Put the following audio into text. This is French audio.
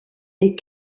est